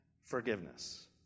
forgiveness